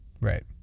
Right